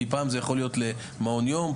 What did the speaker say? כי פעם זה יכול להיות למעונות יום,